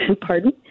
Pardon